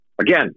again